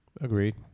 Agreed